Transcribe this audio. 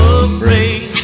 afraid